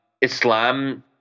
Islam